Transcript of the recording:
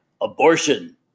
abortion